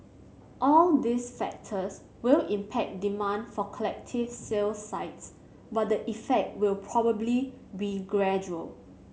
all these factors will impact demand for collective sale sites but the effect will probably be gradual